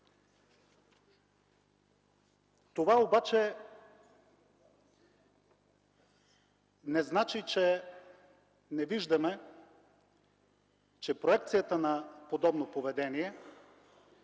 Това обаче не значи, че не виждаме, че проекцията на подобни поведения